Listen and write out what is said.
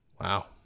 Wow